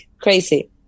crazy